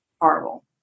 horrible